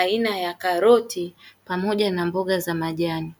aina ya karoti pamoja na mboga za majani.